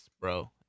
bro